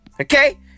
okay